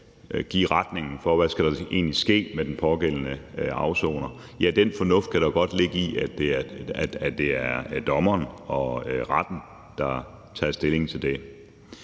give retningen for, hvad der egentlig skal ske med den pågældende afsoner, kan der jo godt ligge noget fornuft i, altså at det er dommeren og retten, der tager stilling til det.